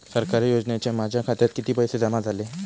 सरकारी योजनेचे माझ्या खात्यात किती पैसे जमा झाले?